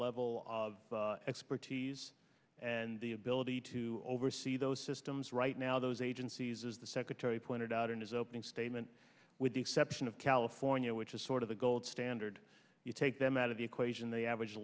level of expertise and the ability to oversee those systems right now those agencies as the secretary pointed out in his opening statement with the exception of california which is sort of the gold standard you take them out of the equation they average